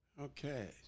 Okay